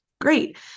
Great